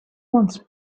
months